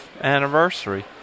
anniversary